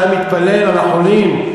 שהיה מתפלל על החולים,